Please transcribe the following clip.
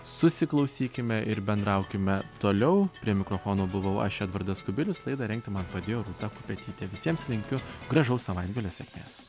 susiklausykime ir bendraukime toliau prie mikrofono buvau aš edvardas kubilius laidą rengti man padėjo rūta kupetytė visiems linkiu gražaus savaitgalio sėkmės